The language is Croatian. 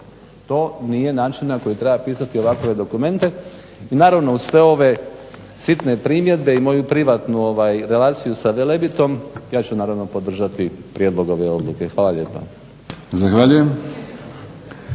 To nije način na koji treba pisati ovakve dokumente. I naravno uz sve ove sitne primjedbe i moju privatnu relaciju sa Velebitom ja ću naravno podržati prijedlog ove odluke. Hvala lijepa. **Batinić,